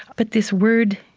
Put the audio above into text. but this word,